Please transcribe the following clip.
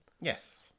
Yes